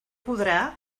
podrà